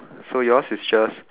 so yours is just